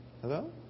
Hello